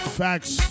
facts